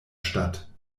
statt